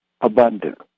abundant